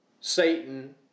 Satan